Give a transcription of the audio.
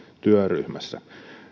työryhmässä